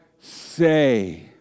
say